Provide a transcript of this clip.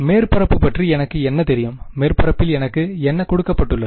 மேற்பரப்பு பற்றி எனக்கு என்ன தெரியும் மேற்பரப்பில் எனக்கு என்ன கொடுக்கப்பட்டுள்ளது